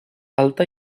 alta